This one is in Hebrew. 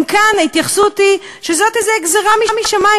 גם כאן ההתייחסות היא שזאת גזירה משמים,